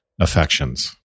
affections